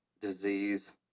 disease